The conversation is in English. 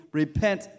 repent